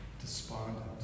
despondent